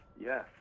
yes